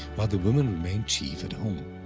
while the women remained chief at home.